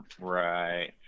right